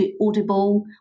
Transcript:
Audible